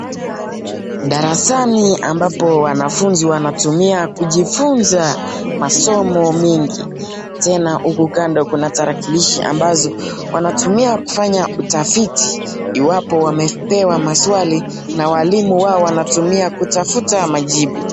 Darasani ambapo wanafunzi wanatumia kujifunza masomo mingi tena huku kando kuna tarakilishi ambazo wanatumia kufanya utafiti iwapo wamepewa maswali na walimu wao wanatumia kutafuta majibu.